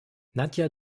nadja